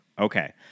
Okay